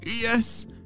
Yes